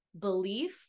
belief